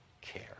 care